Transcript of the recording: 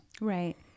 Right